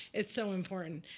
it's so important.